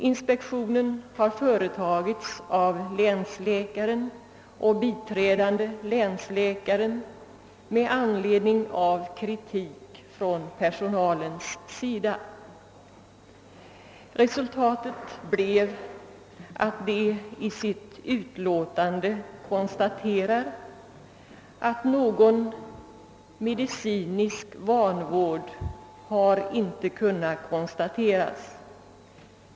Inspektionen har företagits av länsläkaren och biträdande länsläkaren med anledning av kritik från personalen på hemmet. Resultatet blev att man i sitt utlåtande konstaterar att någon medicinsk vanvård inte kunnat konstateras.